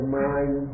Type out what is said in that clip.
mind